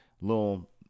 little